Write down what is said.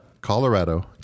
Colorado